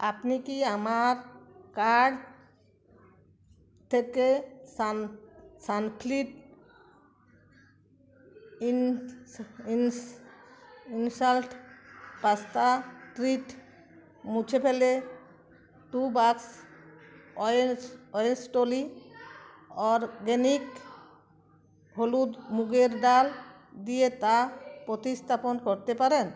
আপনি কি আমার কার্ট থেকে সান সানফিস্ট ইনসা ইনস ইন্সট্যান্ট পাস্তা ট্রিট মুছে ফেলে টু বাক্স অয়েলস অয়েলস্টলি অরগ্যানিক হলুদ মুগের ডাল দিয়ে তা প্রতিস্থাপন করতে পারেন